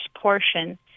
portion